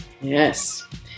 Yes